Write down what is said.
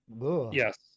Yes